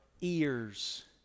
ears